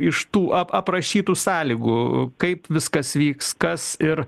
iš tų ap aprašytų sąlygų kaip viskas vyks kas ir